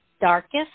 darkest